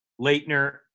Leitner